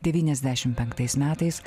devyniasdešimt penktais metais